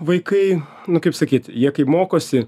vaikai nu kaip sakyt jie kai mokosi